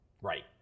Right